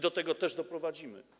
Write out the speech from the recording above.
Do tego też doprowadzimy.